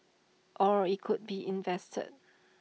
or IT could be invested